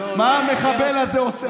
מה המחבל הזה עושה פה?